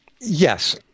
Yes